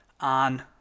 On